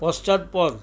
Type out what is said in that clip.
পশ্চাৎপদ